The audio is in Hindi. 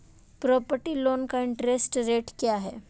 प्रॉपर्टी लोंन का इंट्रेस्ट रेट क्या है?